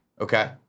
Okay